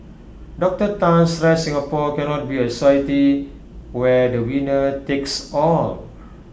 Doctor Tan stressed Singapore cannot be A society where the winner takes all